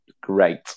great